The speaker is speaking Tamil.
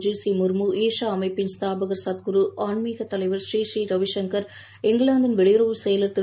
ஜி சி முர்மு ஈஷா அமைப்பின் ஸ்தாபகர் சத்குரு ஆன்மீக தலைவர் ஸ்ரீ ஸ்ரீ ரவி சங்கர் இங்கிவாந்தின் வெளியுறவு செயவர் திரு